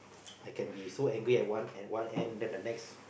I can be so angry at one at one end then the next